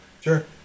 Sure